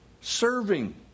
serving